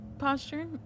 posture